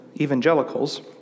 evangelicals